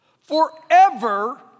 forever